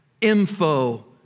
info